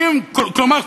כלומר,